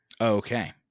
Okay